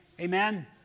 Amen